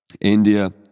India